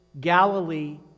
Galilee